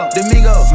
Domingo